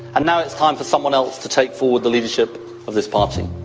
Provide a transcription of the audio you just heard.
and now it's time for someone else to take forward the leadership of this party,